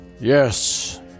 Yes